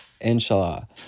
Inshallah